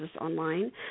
online